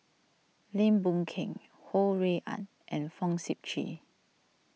Lim Boon Keng Ho Rui An and Fong Sip Chee